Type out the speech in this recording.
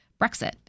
Brexit